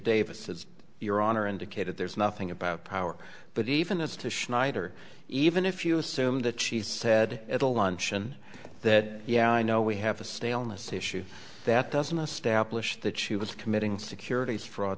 davis as your honor indicated there's nothing about power but even as to schneider even if you assume that she said at a luncheon that yeah i know we have a staleness issue that doesn't establish that she was committing securities fraud